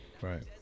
Right